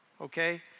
Okay